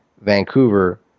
Vancouver